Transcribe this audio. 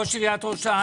ראש עיריית ראש העין.